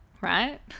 right